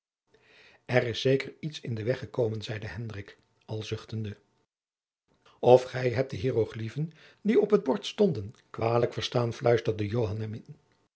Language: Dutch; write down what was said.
er is zeker iets in den weg gekomen zeide hendrik al zuchtende of gij hebt de hieroglyphen die op het bord stonden kwalijk verstaan fluisterde